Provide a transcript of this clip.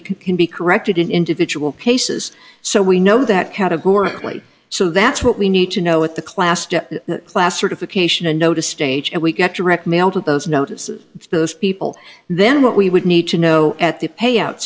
we can be corrected in individual cases so we know that categorically so that's what we need to know with the class depth class certification a notice stage and we get direct mail to those notices to those people then what we would need to know at the payout